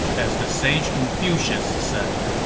as the sage confucius said,